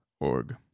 org